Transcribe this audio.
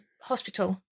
hospital